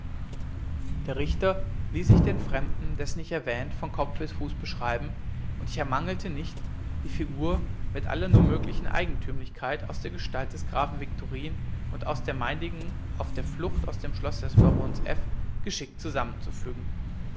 der richter ließ sich den fremden dessen ich erwähnt von kopf bis zu fuß beschreiben und ich ermangelte nicht die figur mit aller nur möglichen eigentümlichkeit aus der gestalt des grafen viktorin und aus der meinigen auf der flucht aus dem schlosse des barons f geschickt zusammenzufügen